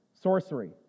sorcery